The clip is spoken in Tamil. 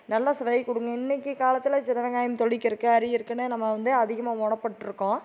நல்ல சுவை கொடுங்க இன்னைக்கு காலத்தில் சின்ன வெங்காயம் தோலிகிறதுக்கு அரியருதுக்குன்னு நம்ம வந்து அதிகமாக மொட பட்டிருக்கோம்